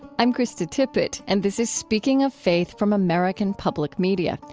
i'm krista tippett, and this is speaking of faith from american public media.